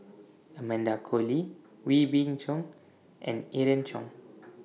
Amanda Koe Lee Wee Beng Chong and Irene Khong